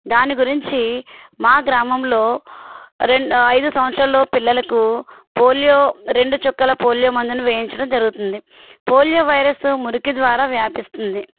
దాని గురించి మా గ్రామంలో రెండ్ ఐదు సంవత్సరాలలోపు పిల్లలకు పోలియో రెండు చుక్కల పోలియో మందును వేయించడం జరుగుతుంది పోలియో వైరస్సు మురికి ద్వారా వ్యాపిస్తుంది